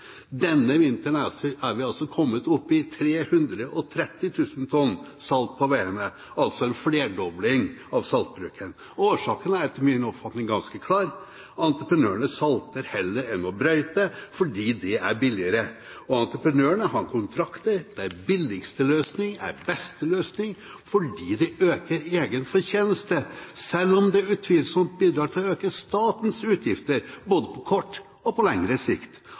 Denne vinteren er vi altså kommet opp i 330 000 tonn salt på veiene – altså en flerdobling av saltbruken. Årsaken er etter min oppfatning ganske klar. Entreprenørene salter heller enn å brøyte fordi det er billigere. Entreprenørene har kontrakter der billigste løsning er beste løsning, fordi det øker egen fortjeneste, selv om det utvilsomt bidrar til å øke statens utgifter både på kort og på lengre sikt